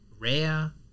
rare